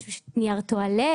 יש נייר טואלט,